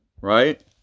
Right